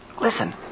Listen